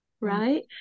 right